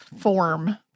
form